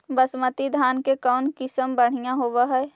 बासमती धान के कौन किसम बँढ़िया होब है?